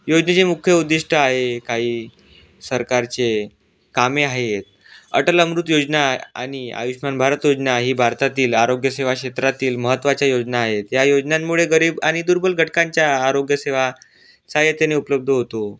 योजनेचे मुख्य उद्दिष्ट आहे काही सरकारचे कामे आहेत अटल अमृत योजना आणि आयुष्मान भारत योजना ही भारतातील आरोग्यसेवा क्षेत्रातील महत्त्वाच्या योजना आहेत या योजनांमुळे गरीब आणि दुर्बल घटकांच्या आरोग्यसेवा सहाय्यतेने उपलब्ध होतो